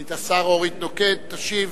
סגנית השר אורית נוקד תשיב